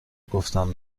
گفتم